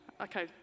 Okay